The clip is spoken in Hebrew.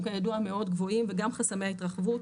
כידוע מאוד גבוהים וגם חסמי ההתרחבות,